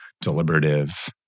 deliberative